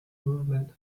movement